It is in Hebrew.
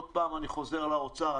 עוד פעם אני חוזר לאוצר,